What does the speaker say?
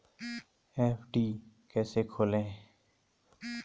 FD कैसे खोलें?